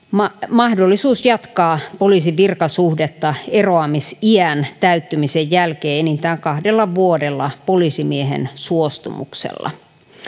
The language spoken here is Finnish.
mahdollisuus jatkaa poliisin virkasuhdetta eroamisiän täyttymisen jälkeen enintään kahdella vuodella poliisimiehen suostumuksella